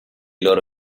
loro